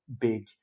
big